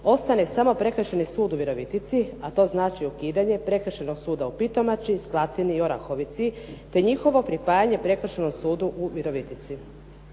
ostane samo Prekršajni sud u Virovitici, a to znači ukidanje Prekršajnog suda u Pitomači, Slatini i Orahovici, te njihovo pripajanje Prekršajnom sudu u Virovitici.